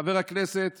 חבר הכנסת